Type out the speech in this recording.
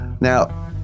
Now